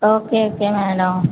okay okay madam